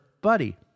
Buddy